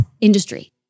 industry